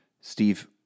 Steve